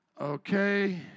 Okay